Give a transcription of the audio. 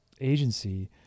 agency